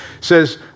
says